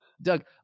doug